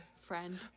friend